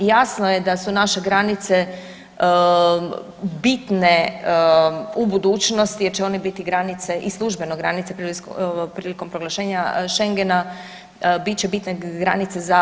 Jasno je da su naše granice bitne u budućnosti jer će one biti granice i službeno granice prilikom proglašenja Šengena, bit će bitne granice za opstojnost.